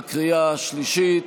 בקריאה השלישית,